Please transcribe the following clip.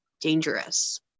dangerous